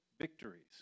victories